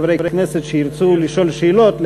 חברי כנסת שירצו לשאול שאלות,